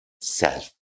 self